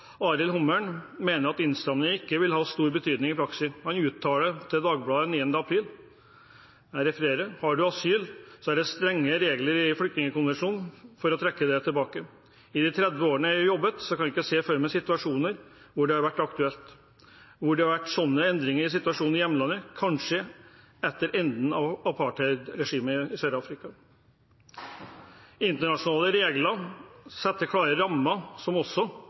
Arild Humlen mener at innstrammingene ikke vil ha stor betydning i praksis. Han uttaler til Dagbladet 9. april: «Har du asyl er det strenge regler i flyktningkonvensjonen for å trekke det tilbake. I de 30 årene jeg har jobbet, kan jeg ikke se for meg situasjoner hvor det har vært aktuelt. Hvor det har vært sånne endringer i situasjonen i hjemlandet. Kanskje etter enden av apartheidregimet i Sør-Afrika.» Internasjonale regler setter klare rammer som også